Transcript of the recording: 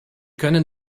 können